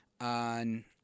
on